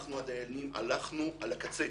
אנחנו, הדיינים, הלכנו על הקצה.